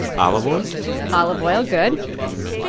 olive oil olive oil. good and.